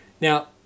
Now